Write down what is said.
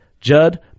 Judd